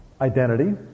identity